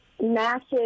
massive